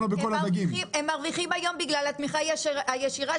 הם מרוויחים היום רק בגלל התמיכה הישירה,